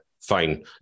fine